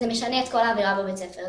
זה משנה את כל האווירה בבית הספר,